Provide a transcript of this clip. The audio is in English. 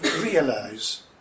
realize